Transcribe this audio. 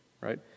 right